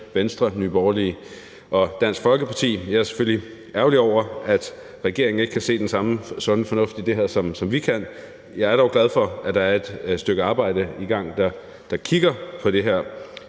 Venstre, Nye Borgerlige og Dansk Folkeparti – men jeg er selvfølgelig ærgerlig over, at regeringen ikke kan se den samme sunde fornuft i det her, som vi kan. Vi er da også glade for, at der er et stykke arbejde i gang, hvor man kigger på det her.